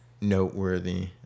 noteworthy